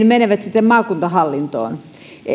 menevät maakuntahallintoon